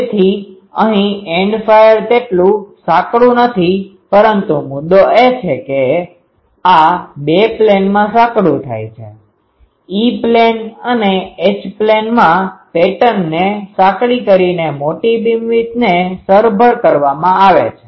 તેથી અહીં end fire તેટલું સાંકડું નથી પરંતુ મુદ્દો એ છે કે આ બે પ્લેનમાં સાંકડું થાય છે E પ્લેન અને H પ્લેનમાં પેટર્નને સાંકડી કરીને મોટી બીમવિડ્થને સરભર કરવામા આવે છે